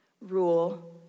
Rule